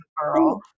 girl